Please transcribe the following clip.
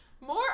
More